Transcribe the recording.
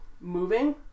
moving